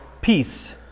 peace